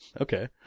Okay